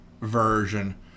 version